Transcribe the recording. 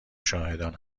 شاهدان